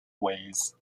ways